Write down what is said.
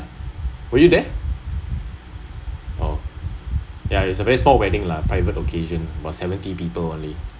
ya were you there oh ya is a very small wedding lah private occasion about seventy people only